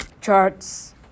charts